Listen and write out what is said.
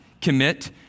commit